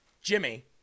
Jimmy